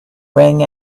rang